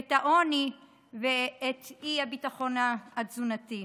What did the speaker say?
את העוני ואת האי-ביטחון התזונתי.